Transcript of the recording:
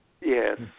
Yes